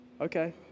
okay